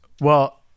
Well-